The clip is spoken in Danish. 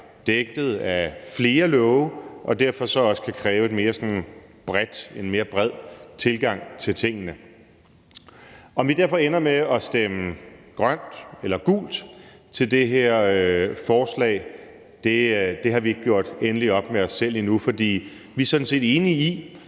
dækket af flere love og derfor også kan kræve en sådan mere bred tilgang til tingene. Om vi ender med at stemme grønt eller gult til det her forslag, har vi derfor ikke gjort endeligt op med os selv endnu, for vi er sådan set enige i,